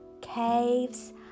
caves